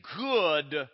good